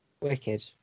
wicked